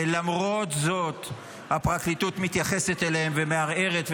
ולמרות זאת הפרקליטות מתייחסת אליהם ומערערת,